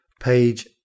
Page